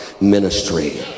ministry